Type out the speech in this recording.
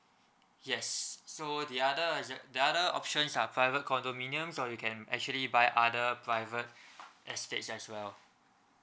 yes so the other is like the other is like the other options are private condominium so you can actually buy other private estates as well